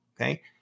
Okay